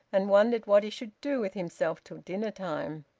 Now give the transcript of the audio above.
and wondered what he should do with himself till dinner-time.